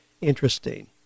interesting